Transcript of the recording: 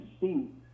see